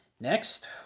next